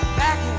back